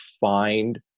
find